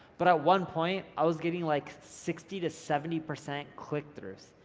but at one point, i was getting like sixty to seventy percent click throughs.